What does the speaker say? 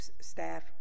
staff